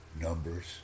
numbers